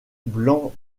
blanc